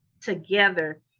together